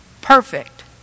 perfect